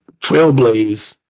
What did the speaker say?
trailblaze